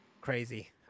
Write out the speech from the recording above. crazy